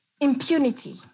impunity